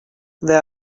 there